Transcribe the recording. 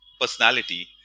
personality